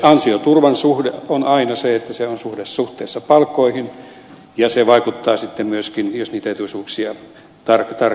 ansioturvan suhde on aina se että se on suhteessa palkkoihin ja se vaikuttaa sitten myöskin jos niitä etuisuuksia tarkistetaan